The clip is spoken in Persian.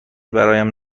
برایم